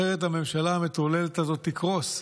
אחרת הממשלה המטורללת הזאת תקרוס.